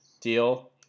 deal